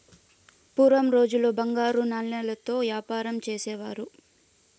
పూర్వం రోజుల్లో బంగారు నాణాలతో యాపారం చేసేవారు